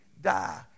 die